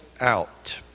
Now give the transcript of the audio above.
out